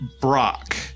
Brock